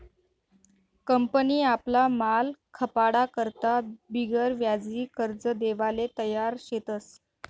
company आपला माल खपाडा करता बिगरव्याजी कर्ज देवाले तयार शेतस